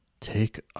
Take